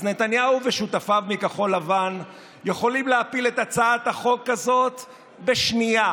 אז נתניהו ושותפיו מכחול לבן יכולים להפיל את הצעת החוק הזאת בשנייה,